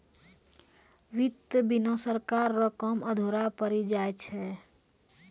वित्त बिना सरकार रो काम अधुरा पड़ी जाय छै